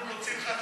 אנחנו נוציא לך,